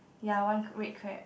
ya one red crab